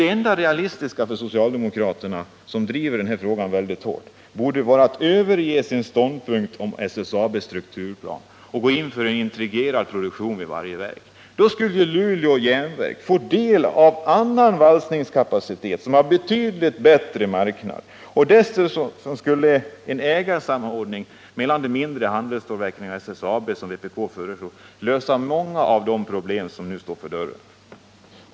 Det enda realistiska för socialdemokraterna, som driver den här frågan väldigt hårt, borde vara att överge sin ståndpunkt om SSAB:s strukturplan och gå in för en integrerad produktion vid varje verk. Då skulle Luleå järnverk få del av annan valsningskapacitet som har betydligt bättre marknad. Dessutom skulle en ägarsamordning mellan de mindre handelsstålverken inom SSAB, som vpk föreslår, lösa många av de problem som nu står för dörren.